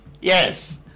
Yes